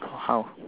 how